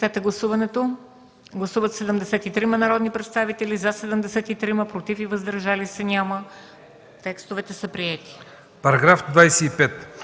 Параграф 35